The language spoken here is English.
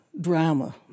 drama